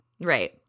Right